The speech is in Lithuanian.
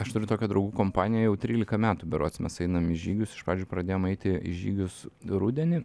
aš turiu tokią draugų kompaniją jau trylika metų berods mes einam į žygius iš pradžių pradėjom eiti į žygius rudenį